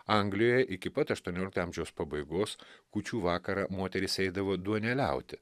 anglijoj iki pat aštuoniolikto amžiaus pabaigos kūčių vakarą moterys eidavo duoneliauti